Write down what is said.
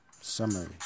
summary